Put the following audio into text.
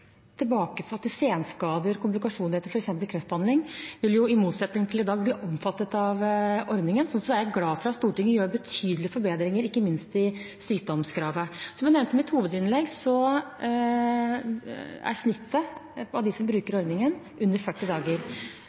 etter f.eks. kreftbehandling – i motsetning til i dag bli omfattet av ordningen. Slik sett er jeg glad for at Stortinget gjør betydelige forbedringer, ikke minst når det gjelder sykdomskravet. Som jeg nevnte i mitt hovedinnlegg, er snittet for dem som bruker ordningen, under 40 dager.